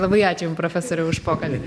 labai ačiū jum profesoriau už pokalbį